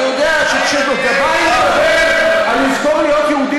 אני יודע שכשגבאי מדבר על לזכור להיות יהודי